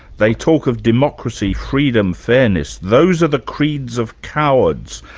they talk of democracy, freedom, fairness. those are the creeds of cowards.